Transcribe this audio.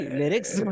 lyrics